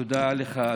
תודה לך,